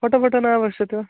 पटपट नापेक्ष्यते वा